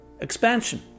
expansion